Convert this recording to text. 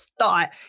thought